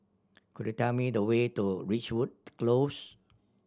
could you tell me the way to Ridgewood Close